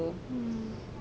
mm